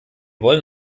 wollen